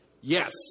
yes